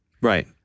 Right